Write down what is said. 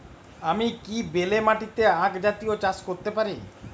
আমি কি বেলে মাটিতে আক জাতীয় চাষ করতে পারি?